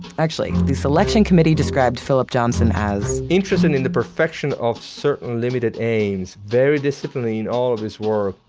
actually, the selection committee described phillip johnson as, interested in the perfection of certain limited aims, very disciplined in all of his work,